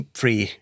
free